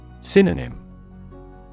Synonym